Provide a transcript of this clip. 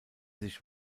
sich